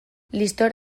liztor